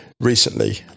Recently